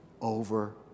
over